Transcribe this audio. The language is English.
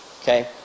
okay